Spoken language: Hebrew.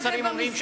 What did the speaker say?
ששרים אומרים,